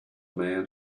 man